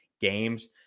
games